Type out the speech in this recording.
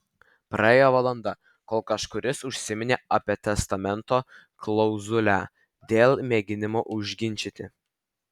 praėjo valanda kol kažkuris užsiminė apie testamento klauzulę dėl mėginimo užginčyti